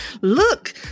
look